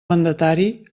mandatari